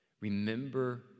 remember